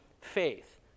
faith